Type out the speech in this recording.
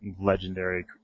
legendary